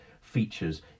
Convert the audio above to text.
features